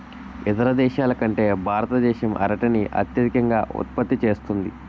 ఇతర దేశాల కంటే భారతదేశం అరటిని అత్యధికంగా ఉత్పత్తి చేస్తుంది